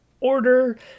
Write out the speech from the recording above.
order